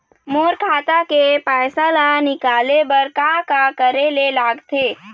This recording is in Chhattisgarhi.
मोर खाता के पैसा ला निकाले बर का का करे ले लगथे?